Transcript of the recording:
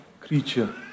creature